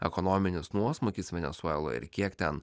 ekonominis nuosmūkis venesueloje ir kiek ten